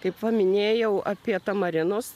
kaip va paminėjau apie tamarinus